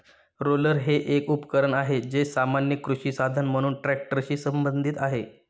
roller हे एक उपकरण आहे, जे सामान्यत कृषी साधन म्हणून ट्रॅक्टरशी संबंधित आहे